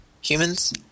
Humans